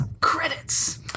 Credits